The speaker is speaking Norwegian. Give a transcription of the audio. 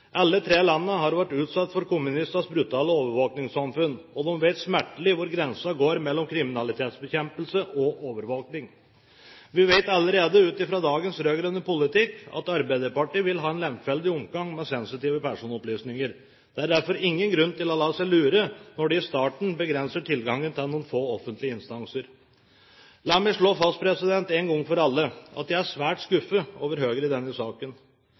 Alle tre landene har vært utsatt for kommunistenes brutale overvåkingssamfunn, og de vet smertelig hvor grensen går mellom kriminalitetsbekjempelse og overvåking. Vi vet allerede ut fra dagens rød-grønne politikk at Arbeiderpartiet vil ha en lemfeldig omgang med sensitive personopplysninger. Det er derfor ingen grunn til å la seg lure når de i starten begrenser tilgangen til noen få offentlige instanser. La meg slå fast en gang for alle at jeg er svært skuffet over Høyre i denne saken.